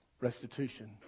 Restitution